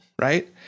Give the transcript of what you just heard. right